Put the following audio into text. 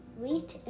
wheat